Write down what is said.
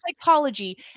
psychology